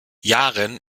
yaren